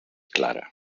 clara